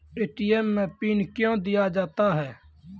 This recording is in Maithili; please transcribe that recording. ए.टी.एम मे पिन कयो दिया जाता हैं?